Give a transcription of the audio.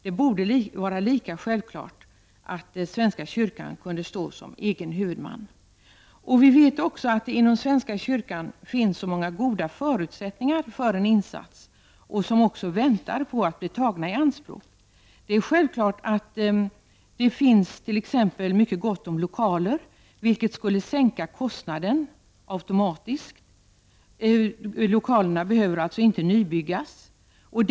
Det borde vara självklart att Svenska kyrkan kunde stå som egen huvudman. Vi vet också att det inom svenska kyrkan finns många goda förutsättningar för en insats och resurser som väntar på att bli tagna i anspråk. Det finns t.ex. mycket gott om lokaler, vilket automatiskt skulle sänka kostnaden. Det behöver alltså inte byggas några nya lokaler.